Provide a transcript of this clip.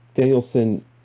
Danielson